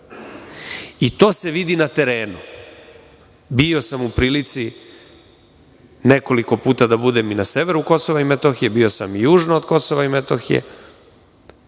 To se vidi na terenu. Bio sam u prilici nekoliko puta da budem i na severu Kosova i Metohije, bio sam južno od Kosova i Metohije,